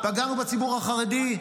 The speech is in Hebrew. פגענו בציבור החרדי,